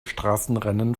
straßenrennen